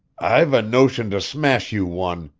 i've a notion to smash you one!